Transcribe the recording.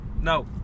No